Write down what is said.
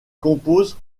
composent